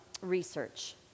research